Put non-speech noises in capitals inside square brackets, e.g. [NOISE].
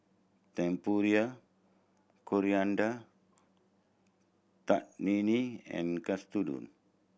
Tempura Coriander [UNINTELLIGIBLE] and Katsudon